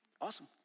Awesome